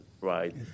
right